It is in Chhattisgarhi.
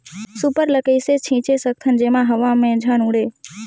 सुपर ल कइसे छीचे सकथन जेमा हवा मे झन उड़े?